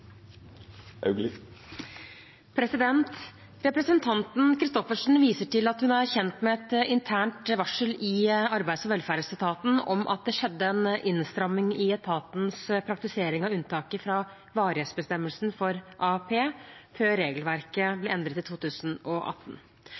Representanten Christoffersen viser til at hun er kjent med et internt varsel i Arbeids- og velferdsetaten om at det skjedde en innstramning i etatens praktisering av unntaket fra varighetsbestemmelsene for AAP før regelverket